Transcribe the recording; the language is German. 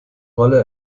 rolle